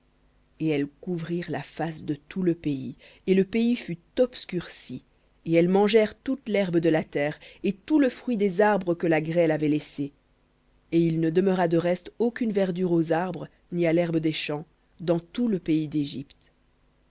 et elles couvrirent la face de tout le pays et le pays fut obscurci et elles mangèrent toute l'herbe de la terre et tout le fruit des arbres que la grêle avait laissé et il ne demeura de reste aucune verdure aux arbres ni à l'herbe des champs dans tout le pays d'égypte